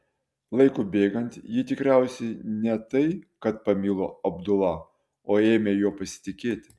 laikui bėgant ji tikriausiai ne tai kad pamilo abdula o ėmė juo pasitikėti